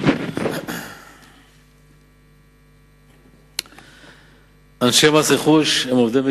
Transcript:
חברת הכנסת